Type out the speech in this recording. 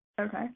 Okay